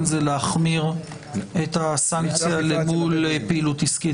זה להחמיר את הסנקציה למול פעילות עסקית,